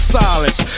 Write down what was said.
silence